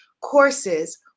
courses